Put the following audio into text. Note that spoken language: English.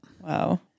Wow